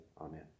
Amen